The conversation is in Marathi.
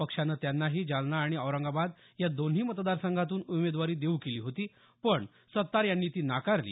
पक्षानं त्यांनाही जालना आणि औरंगाबाद या दोन्ही मतदारसंघातून उमेदवारी देऊ केली होती पण त्यांनी ती नाकारली